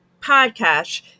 Podcast